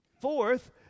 Fourth